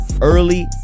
early